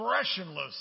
expressionless